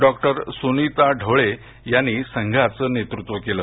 doctor Sunita Dhawale यांनी संघाचं नेतृत्व केलं